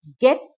get